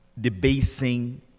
debasing